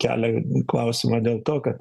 kelia klausimą dėl to kad